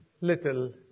Little